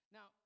Now